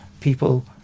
people